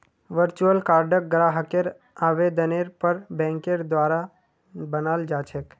virtual कार्डक ग्राहकेर आवेदनेर पर बैंकेर द्वारा बनाल जा छेक